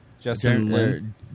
Justin